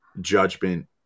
judgment